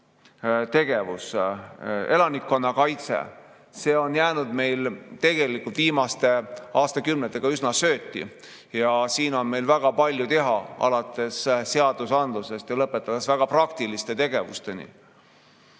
tegevus, elanikkonnakaitse. See on jäänud meil viimaste aastakümnetega üsna sööti, siin on meil väga palju teha, alates seadusandlusest ja lõpetades väga praktilise tegevusega.